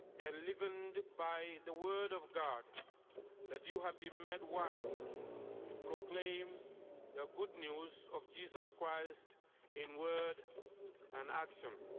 and living and by the word of god that you have been made one to proclaim the good news of jesus christ in word and action.